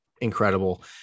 incredible